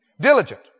Diligent